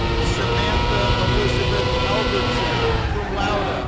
samantha elizabeth albertson, cum laude. ah